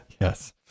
Yes